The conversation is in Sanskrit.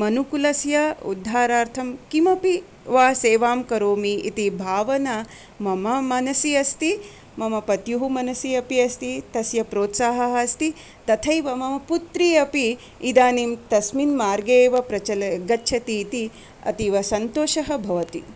मनुकुलस्य उद्धारार्थं किमपि वा सेवां करोमि इति भावना मम मनसि अस्ति मम पत्युः मनसी अपि अस्ति तस्य प्रोत्साहः अस्ति तथैव मम पुत्री अपि इदानीं तस्मिन् मार्गे एव प्रचलति गच्छति इति अतीवसन्तोषः भवति